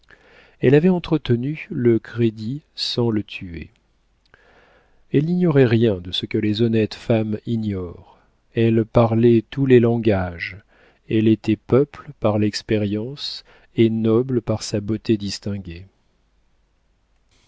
elle avait entretenu le crédit sans le tuer elle n'ignorait rien de ce que les honnêtes femmes ignorent elle parlait tous les langages elle était peuple par l'expérience et noble par sa beauté distinguée